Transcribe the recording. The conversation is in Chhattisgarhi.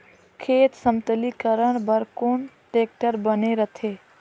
खेत समतलीकरण बर कौन टेक्टर बने रथे?